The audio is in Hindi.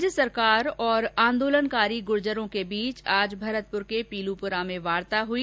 राज्य सरकार और आंदोलनकारी गुर्जरों के बीच आज भरतपुर के पीलूपुरा में वार्ता हुई